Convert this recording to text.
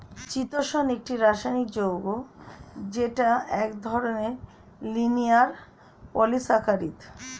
চিতোষণ একটি রাসায়নিক যৌগ যেটা এক ধরনের লিনিয়ার পলিসাকারীদ